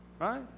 Right